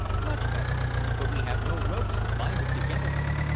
much better but we have no ropes to bind it together with.